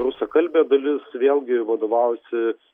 rusakalbė dalis vėlgi vadovaujasi